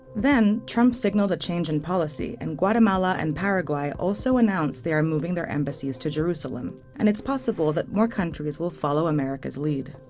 then, trump signaled a change in policy, and guatemala and paraguay also announced they are moving their embassies to jerusalem and it's possible that more countries will follow america's lead.